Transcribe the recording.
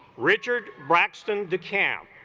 richard braxton decamp